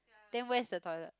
then where's the toilet